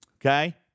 Okay